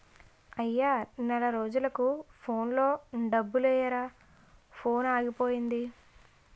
అయ్యా నెల రోజులకు ఫోన్లో డబ్బులెయ్యిరా ఫోనాగిపోయింది